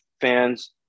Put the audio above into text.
fans